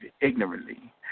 ignorantly